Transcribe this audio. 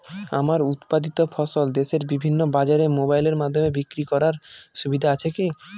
আমার উৎপাদিত ফসল দেশের বিভিন্ন বাজারে মোবাইলের মাধ্যমে বিক্রি করার সুবিধা আছে কি?